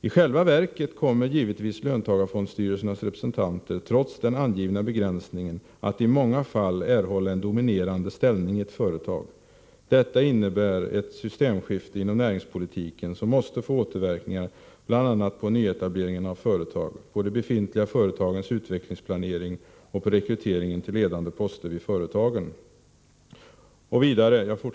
I själva verket kommer givetvis löntagarfondstyrelsernas representanter trots den angivna begränsningen att i många fall erhålla en dominerande ställning i ett företag. Detta innebär ett systemskifte inom näringspolitiken som måste få återverkningar bl.a. på nyetableringen av företag, på de befintliga företagens utvecklingsplanering och på rekryteringen till ledande poster vid företagen.